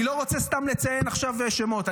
אני לא רוצה סתם לציין עכשיו שמות,